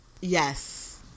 Yes